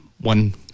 one